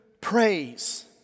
praise